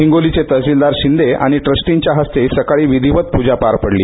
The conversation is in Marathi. हिंगोलीचे तहसीलदार शिंदे आणि ट्रस्टी यांच्या हस्ते सकाळी विधिवत पूजा पार पडली